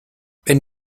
wenn